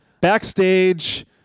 backstage